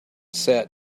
set